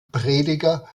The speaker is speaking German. prediger